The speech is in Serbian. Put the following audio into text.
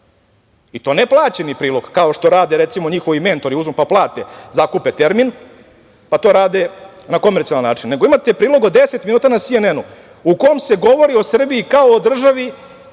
i to ne plaćeni prilog, kao što rade, recimo, njihovi mentori uzmu pa plate, zakupe termin, pa to rade na komercijalan način, nego imate prilog od 10 minuta na CNN-u u kome se govori o Srbiji kao o državi